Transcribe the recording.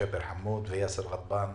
ג'בר חמוד ויאסר גאדבן,